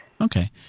Okay